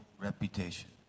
reputation